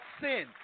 sin